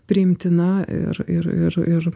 priimtina ir ir ir ir